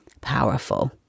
powerful